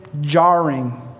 jarring